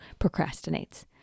procrastinates